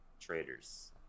traders